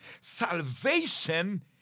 Salvation